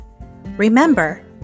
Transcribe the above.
Remember